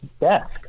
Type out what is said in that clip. desk